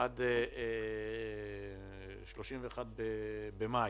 עד 31 במאי,